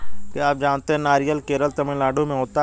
क्या आप जानते है नारियल केरल, तमिलनाडू में होता है?